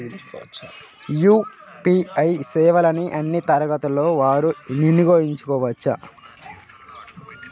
UPI సేవలని అన్నీ తరగతుల వారు వినయోగించుకోవచ్చా?